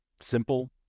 simple